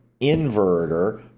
inverter